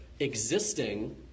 existing